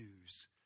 news